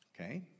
Okay